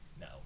no